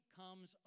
comes